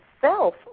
self